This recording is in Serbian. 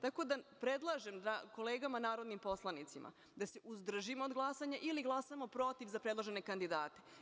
Tako da, predlažem kolegama narodnim poslanicima da se uzdržimo od glasanja ili glasamo proti za predložene kandidate.